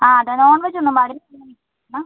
ആ അതെ non veg ഒന്നും പാടില്ല ആണ്